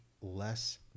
less